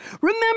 Remember